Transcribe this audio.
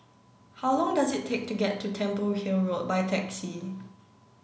how long does it take to get to Temple Hill Road by taxi